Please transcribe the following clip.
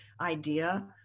idea